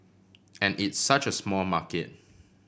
and it's such a small market